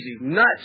Nuts